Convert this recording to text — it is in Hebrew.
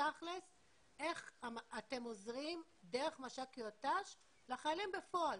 איך אתם עוזרים דרך מש"קיות תנאי שירות לחיילים בפועל?